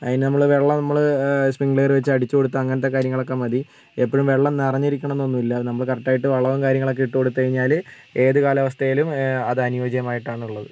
അതിന് നമ്മൾ വെള്ളം നമ്മൾ സ്പ്രിംഗ്ലയർ വെച്ച് അടിച്ച് കൊടുത്താൽ അങ്ങനത്തെ കാര്യങ്ങളൊക്കെ മതി എപ്പോഴും വെള്ളം നിറഞ്ഞിരിക്കണം എന്നൊന്നും ഇല്ല നമ്മൾകറക്റ്റായിട്ട് വളവും കാര്യങ്ങളൊക്കെ ഇട്ട് കൊടുത്ത് കഴിഞ്ഞാൽ ഏത് കാലാവസ്ഥയിലും അത് അനുയോജ്യമായിട്ടാണ് ഉള്ളത്